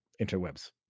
interwebs